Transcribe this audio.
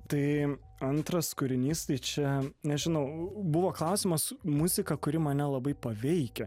tai antras kūrinys tai čia nežinau buvo klausimas muzika kuri mane labai paveikia